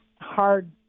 hard